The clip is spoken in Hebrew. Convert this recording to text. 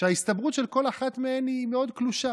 שההסתברות של כל אחת מהן היא מאוד קלושה.